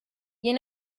you